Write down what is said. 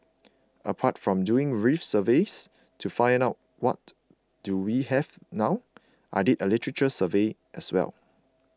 apart from doing reef surveys to find out what do we have now I did a literature survey as well